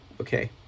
Okay